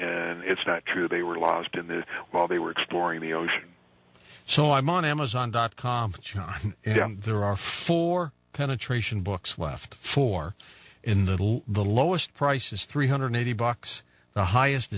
and it's not true they were lost in the while they were exploring the ocean so i'm on amazon dot com there are four penetration books left for in little the lowest price is three hundred eighty bucks the highest